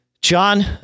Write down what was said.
John